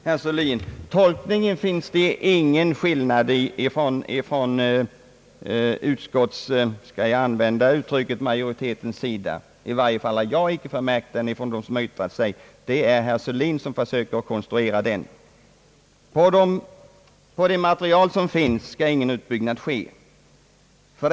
Herr Sörlin — när det gäller tolkningen finns det ingen skillnad inom — om jag får använda uttrycket — utskottsmajoriteten. I varje fall har inte jag märkt någon sådan. Det är herr Sörlin som försöker konstruera den. På det material som finns skall ingen utbyggnad ske.